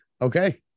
Okay